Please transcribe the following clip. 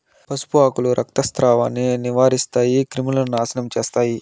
పసుపు ఆకులు రక్తస్రావాన్ని నివారిస్తాయి, క్రిములను నాశనం చేస్తాయి